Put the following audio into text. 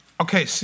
Okay